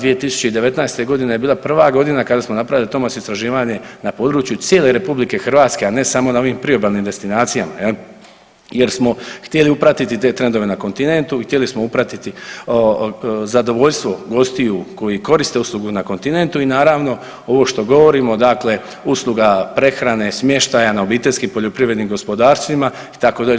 2019. godina je bila prva godina kada smo napravili TOMAS istraživanje na području cijele RH, a ne samo na ovim probalnim destinacijama jel, jer smo htjeli upratiti te trendove na kontinentu i htjeli smo upratiti zadovoljstvo gostiju koji koriste uslugu na kontinentu i naravno ovo što govorimo, dakle usluga prehrane, smještaja na obiteljskim poljoprivrednim gospodarstvima itd.